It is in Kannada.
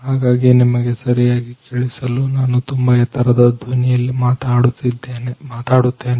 ಹಾಗಾಗಿ ನಿಮಗೆ ಸರಿಯಾಗಿ ಕೇಳಿಸಲು ನಾನು ತುಂಬಾ ಎತ್ತರದ ಧ್ವನಿಯಲ್ಲಿ ಮಾತಾಡುತ್ತೇನೆ